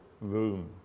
room